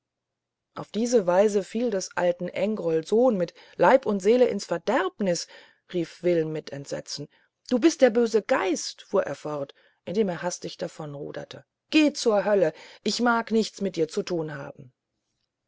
auf diese weise fiel des alten engrol sohn mit leib und seele ins verderben rief wilm mit entsetzen du bist der böse geist fuhr er fort indem er hastig davonruderte geh zur hölle ich mag nichts mit dir zu tun haben